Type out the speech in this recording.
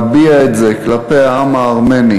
נביע את זה כלפי העם הארמני